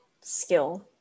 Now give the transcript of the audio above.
skill